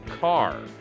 car